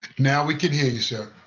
now we can hear you sir.